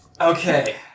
Okay